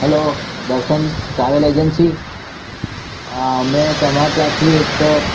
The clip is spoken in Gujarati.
હલો દર્શન ટ્રાવેલ એજન્સી મેં તમારે ત્યાંથી એક